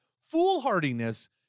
Foolhardiness